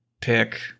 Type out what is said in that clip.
pick